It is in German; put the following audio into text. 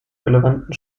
relevanten